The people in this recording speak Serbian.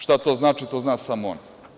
Šta to znači, to zna samo on.